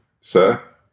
sir